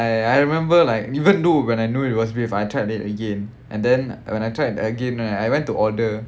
and then I I remember like even though when I knew it was beef I tried it again and then when I tried again right I went to order